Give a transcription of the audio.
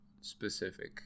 specific